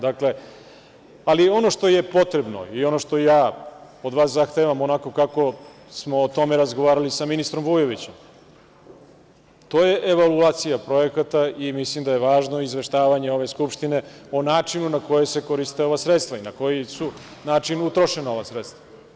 Dakle, ali ono što je potrebno i ono što od vas zahtevam, onako kako smo o tome razgovarali sa ministrom Vujovićem, to je evaluacija projekata, i mislim da je važno izveštavanje ove Skupštine o načinu na koji se koriste ova sredstva, i na koji su način utrošena ova sredstva.